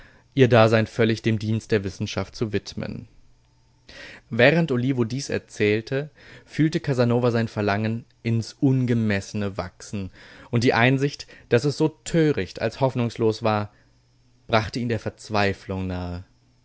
ihr dasein völlig dem dienst der wissenschaft zu widmen während olivo dies erzählte fühlte casanova sein verlangen ins ungemessene wachsen und die einsicht daß es so töricht als hoffnungslos war brachte ihn der verzweiflung nahe